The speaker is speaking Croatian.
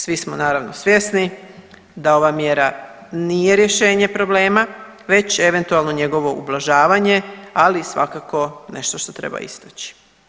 Svi smo naravno svjesni da ova mjera nije rješenje problema već eventualno njegovo ublažavanje, ali i svakako nešto što treba istaći.